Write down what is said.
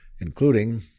including